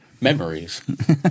Memories